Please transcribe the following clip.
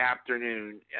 afternoon